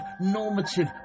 normative